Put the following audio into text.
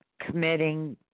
committing